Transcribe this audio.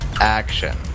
action